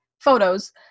photos